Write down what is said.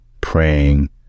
praying